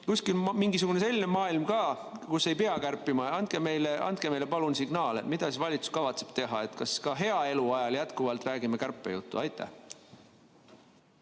kuskil mingisugune selline maailm ka, kus ei pea kärpima? Andke meile palun signaale, mida valitsus kavatseb teha! Kas ka hea elu ajal räägime jätkuvalt kärpejuttu? Aitäh!